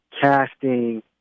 casting